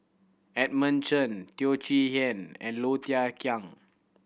Edmund Chen Teo Chee Hean and Low Thia Khiang